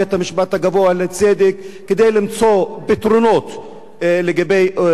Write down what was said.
לצדק כדי למצוא פתרונות לגבי אותם מבנים.